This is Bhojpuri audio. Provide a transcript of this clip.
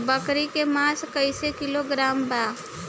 बकरी के मांस कईसे किलोग्राम बा?